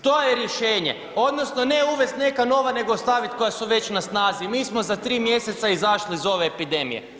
To je rješenje odnosno ne uvest neka nova nego ostavit koja su već na snazi i mi smo za tri mjeseca izašli iz ove epidemije.